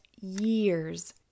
years